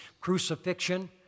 crucifixion